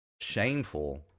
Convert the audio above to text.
shameful